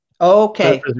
Okay